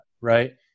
right